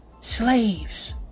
slaves